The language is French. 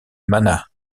manas